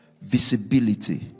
visibility